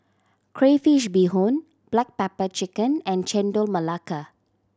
crayfish beehoon black pepper chicken and Chendol Melaka